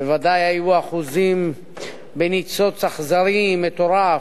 בוודאי היו אחוזות בניצוץ אכזרי, מטורף,